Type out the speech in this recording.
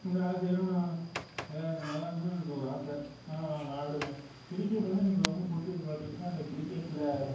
அந்த ஆசையில் நான் விளாட்ணும் விளாட்ணுன் எனக்கு ஒரு ஆசை ஆனால் வெ விளாடுவேன் கிரிக்கெட் வந்து எனக்கு ரொம்ப பிடிச்சது பார்த்தீங்கன்னா அந்த கிரிக்கெட்டில்